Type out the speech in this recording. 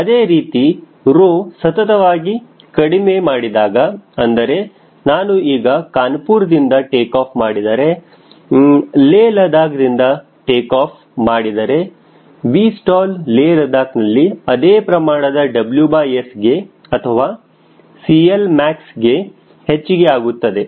ಅದೇ ರೀತಿ ರೊ ಕಡಿಮೆ ಸತತವಾಗಿ ಮಾಡಿದಾಗ ಅಂದರೆ ನಾನು ಈಗ ಕಾನಪುರ್ ದಿಂದ ಟೇಕಾಫ್ ಮಾಡಿದರೆ ಲೇಹ ಲದಾಖ್ ದಿಂದ ಟೇಕ್ ಆಫ್ ಮಾಡಿದರೆ Vstall ಲೇಹ ಲದಾಖ್ ನಲ್ಲಿ ಅದೇ ಪ್ರಮಾಣದ WSಗೆ ಅಥವಾ CLmaxಗೆ ಹೆಚ್ಚಿಗೆ ಆಗುತ್ತದೆ